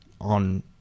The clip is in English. on